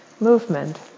Movement